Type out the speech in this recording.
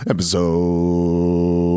Episode